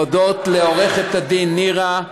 להודות לעורכת-הדין נירה,